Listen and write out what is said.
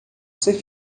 ser